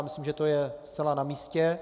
Myslím, že to je zcela namístě.